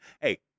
Hey